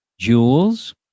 Jewels